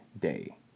day